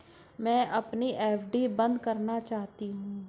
मैं अपनी एफ.डी बंद करना चाहती हूँ